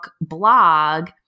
blog